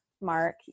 Mark